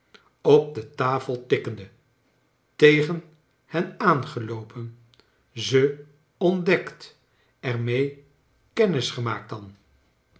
op de tafel tikkende tegen hen aangeloopen ze ontdekt er mee kennis gemaakt dan